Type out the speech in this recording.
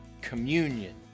Communion